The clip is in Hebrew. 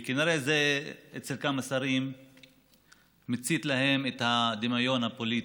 וכנראה אצל כמה שרים זה מצית להם את הדמיון הפוליטי.